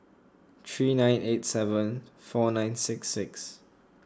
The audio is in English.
three nine eight seven four nine six six